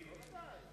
בוודאי.